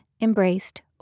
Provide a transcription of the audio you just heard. embraced